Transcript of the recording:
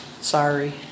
Sorry